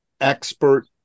expert